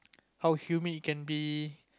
how humid it can be